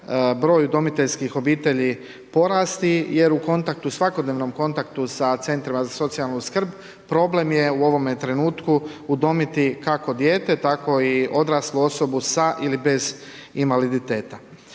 broj udomiteljskih obitelji porasti jer u kontaktu, svakodnevnom kontaktu sa CZSS-ima, problem je u ovome trenutku udomiti kako dijete tako i odraslu osobu sa ili bez invaliditeta.